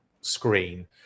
screen